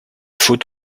faut